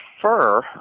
prefer